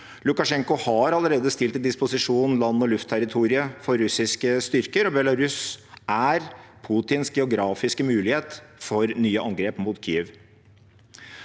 Lukasjenko har allerede stilt til disposisjon land- og luftterritorium for russiske styrker, og Belarus er Putins geografiske mulighet for nye angrep mot Kyiv.